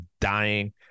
dying